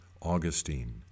Augustine